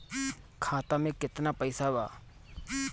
खाता में केतना पइसा बा?